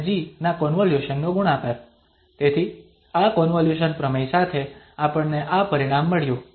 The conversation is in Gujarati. તેથી આ કોન્વોલ્યુશન પ્રમેય સાથે આપણને આ પરિણામ મળ્યું